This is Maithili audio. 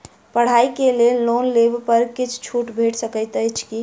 पढ़ाई केँ लेल लोन लेबऽ पर किछ छुट भैट सकैत अछि की?